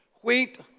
wheat